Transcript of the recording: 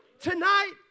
Tonight